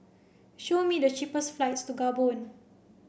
show me the cheapest flights to Gabon